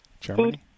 Germany